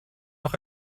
doch